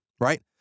right